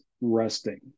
resting